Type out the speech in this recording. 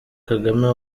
kagame